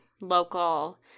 local